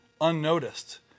unnoticed